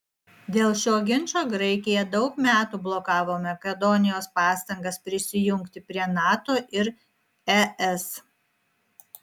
dėl šio ginčo graikija daug metų blokavo makedonijos pastangas prisijungti prie nato ir es